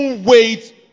wait